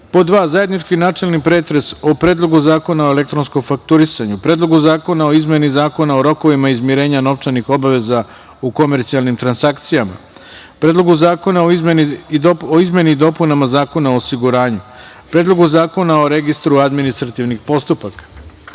zajednički načelni pretres o: Predlogu zakona o elektronskom fakturisanju, Predlogu zakona o izmeni Zakona o rokovima izmirenja novčanih obaveza u komercijalnim transakcijama, Predlogu zakona o izmeni i dopunama Zakona o osiguranju, Predlogu zakona o registru administrativnih postupaka;3.